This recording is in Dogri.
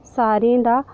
सारें दा